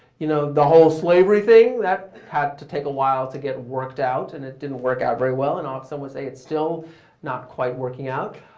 you know the whole slavery thing that had to take a while to get worked out and it didn't work out very well. and um some would say it's still not quite working out.